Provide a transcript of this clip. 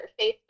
Facebook